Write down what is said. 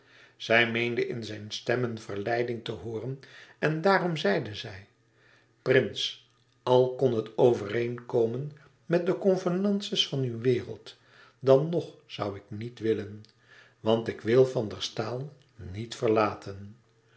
zij meende in zijne stem een verleiding te hooren en daarom zeide zij prins al kon het overeenkomen met de convenances van uw wereld dan nog zoû ik niet willen want ik wil van der staal niet verlaten